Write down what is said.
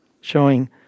Showing